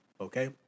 okay